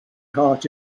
heart